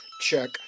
check